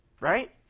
right